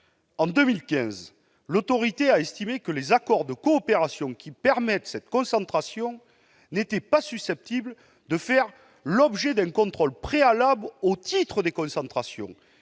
de la concurrence a estimé que les accords de coopération permettant cette concentration n'étaient pas susceptibles de faire l'objet d'un contrôle préalable au titre des concentrations